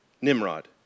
Nimrod